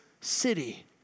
city